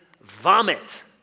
vomit